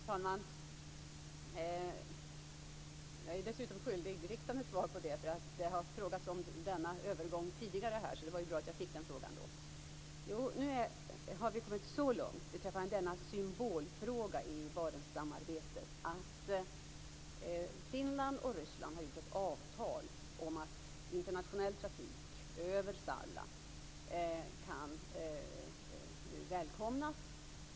Fru talman! Jag är skyldig riksdagen ett svar på den frågan. Det har frågats om den övergången tidigare, så det var bra att jag fick den här frågan. Nu har vi kommit så långt beträffande denna symbolfråga i Barentssamarbetet att Finland och Ryssland har träffat ett avtal om att internationell trafik över Salla välkomnas.